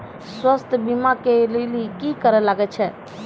स्वास्थ्य बीमा के लेली की करे लागे छै?